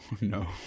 No